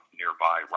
nearby